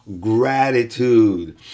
gratitude